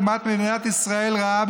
דיבת מדינת ישראל רעה,